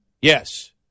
Yes